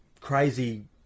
crazy